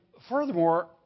furthermore